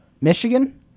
Michigan